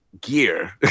gear